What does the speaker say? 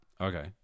Okay